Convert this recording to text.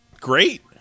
Great